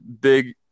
big